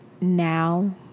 now